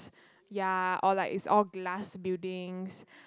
ya or like is all glass buildings